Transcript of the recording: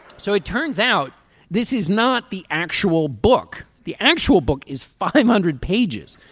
so it turns out this is not the actual book. the actual book is five hundred pages